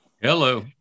Hello